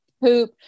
poop